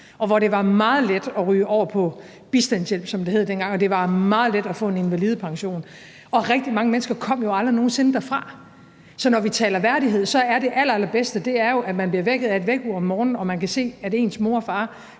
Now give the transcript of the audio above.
hvor det var meget let at ryge over på bistandshjælp, som det hed dengang, og hvor det var meget let at få en invalidepension. Og rigtig mange mennesker kom jo aldrig nogen sinde derfra. Så når vi taler værdighed, er det allerallerbedste jo, at man bliver vækket af et vækkeur om morgenen, og at man kan se, at ens mor og far